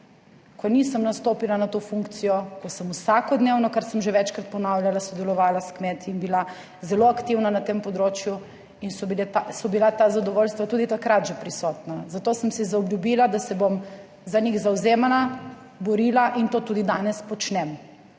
ko nisem nastopila na to funkcijo, ko sem vsakodnevno, kar sem že večkrat ponavljala, sodelovala s kmeti in bila zelo aktivna na tem področju in so bila ta zadovoljstva tudi takrat že prisotna, zato sem si zaobljubila, da se bom za njih zavzemala, borila in to tudi danes počnem,